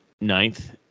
ninth